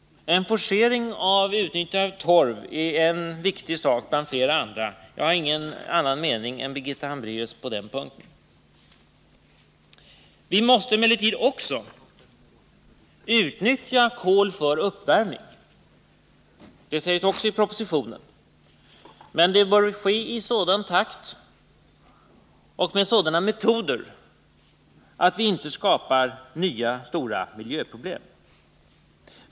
En forcering av utnyttjandet av torv är en viktig sak bland flera andra — jag har ingen annan mening än Birgitta Hambraeus på den punkten. Vi måste emellertid också utnyttja kol för uppvärmning. Det sägs också i propositionen, men det bör ske i sådan takt och med sådana metoder att vi inte skapar nya stora miljöproblem.